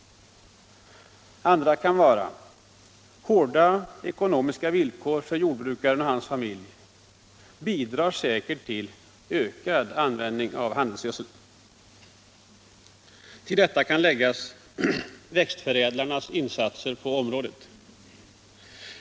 Hårda ekonomiska villkor för jordbrukaren och hans familj har också säkert bidragit till ökad användning av handelsgödsel. Till detta kan läggas växtförädlarnas insatser på området.